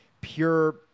pure